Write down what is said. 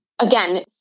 again